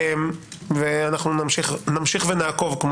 נמשיך ונעקוב.